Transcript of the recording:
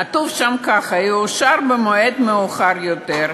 כתוב כך: יאושר במועד מאוחר יותר.